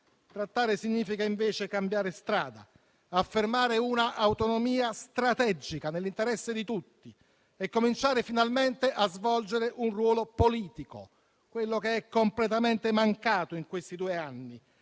Trattare significa invece cambiare strada, affermare una autonomia strategica nell'interesse di tutti e cominciare finalmente a svolgere un ruolo politico, quello che è completamente mancato in questi due anni